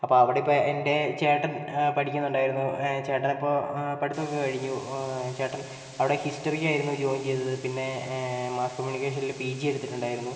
അപ്പോൾ അവിടെ ഇപ്പോൾ എൻ്റെ ചേട്ടൻ പഠിക്കുന്നുണ്ടായിരുന്നു ചേട്ടൻ ഇപ്പോൾ പഠിത്തം ഒക്കെ കഴിഞ്ഞു ചേട്ടൻ അവിടെ ഹിസ്റ്ററി ആയിരുന്നു ജോയിൻ ചെയ്തത് പിന്നെ മാസ്സ് കമ്മ്യുണിക്കേഷനിൽ പി ജി എടുത്തിട്ടുണ്ടായിരുന്നു